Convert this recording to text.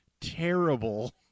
terrible